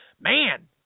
man